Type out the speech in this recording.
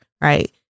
right